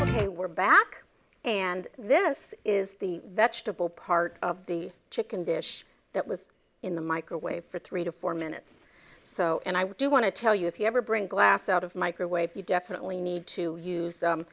ok we're back and this is the vegetable part of the chicken dish that was in the microwave for three to four minutes or so and i would do want to tell you if you ever bring glass out of microwave you definitely need to use